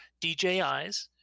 DJIs